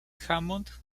hammond